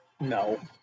No